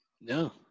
No